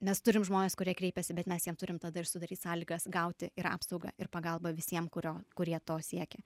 mes turim žmones kurie kreipiasi bet mes jiem turim tada ir sudaryt sąlygas gauti ir apsaugą ir pagalbą visiem kurio kurie to siekia